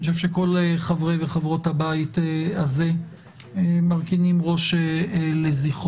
אני חושב שכל חברי וחברות הבית הזה מרכינים ראש לזכרו.